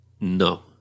No